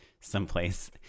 someplace